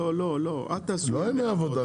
לא ימי עבודה.